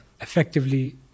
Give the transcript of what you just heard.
effectively